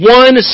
one